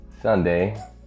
Sunday